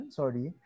sorry